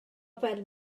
fel